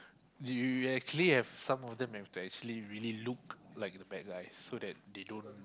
you you you actually have some of them have to actually really look like the bad guys so that they don't